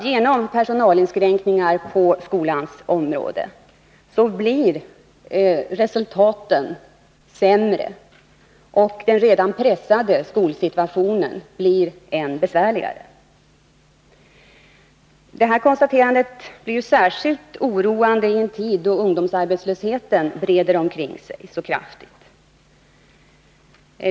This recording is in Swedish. Genom personalinskränkningar på skolans område blir resultaten sämre, och den redan pressade skolsituationen blir än besvärligare. Detta konstaterande är särskilt oroande i en tid då ungdomsarbetslösheten breder ut sig så kraftigt.